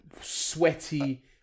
sweaty